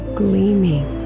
gleaming